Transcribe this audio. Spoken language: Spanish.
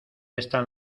están